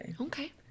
okay